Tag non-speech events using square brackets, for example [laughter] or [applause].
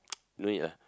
[noise] no need ah